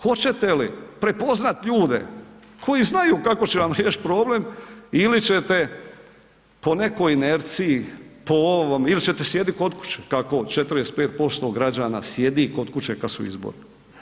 Hoćete li prepoznati ljude koji znaju kako će vam riješit problem ili ćete po nekoj inerciji, po ovom ili ćete sjediti kod kuće kako 45% građana sjedi kod kuće kad su izbori?